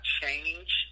change